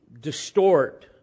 distort